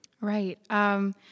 Right